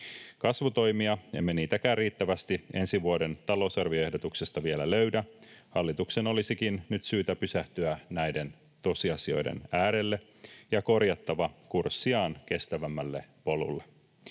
Kasvutoimiakaan emme riittävästi ensi vuoden talousarvioehdotuksesta vielä löydä. Hallituksen olisikin nyt syytä pysähtyä näiden tosiasioiden äärelle ja korjattava kurssiaan kestävämmälle polulle.